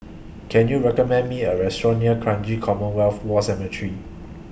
Can YOU recommend Me A Restaurant near Kranji Commonwealth War Cemetery